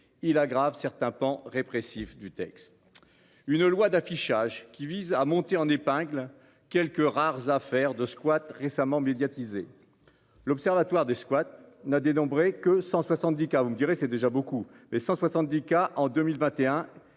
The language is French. Il aggrave certains pans répressif du texte. Une loi d'affichage qui vise à monter en épingle. Quelques rares affaires de squats récemment médiatisé. L'Observatoire des squats n'a dénombré que 170 cas. Vous me direz c'est déjà beaucoup, mais 170 cas en 2021